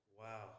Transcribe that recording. Wow